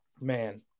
man